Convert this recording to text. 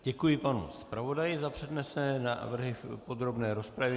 Děkuji panu zpravodaji za přednesené návrhy v podrobné rozpravě.